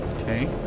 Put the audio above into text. Okay